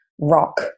rock